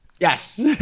Yes